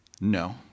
No